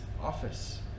office